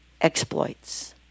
exploits